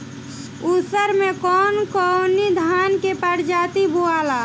उसर मै कवन कवनि धान के प्रजाति बोआला?